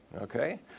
Okay